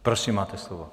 Prosím, máte slovo.